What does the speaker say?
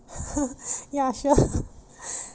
yeah sure